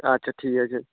আচ্ছা ঠিক আছে